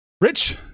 Rich